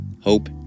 hope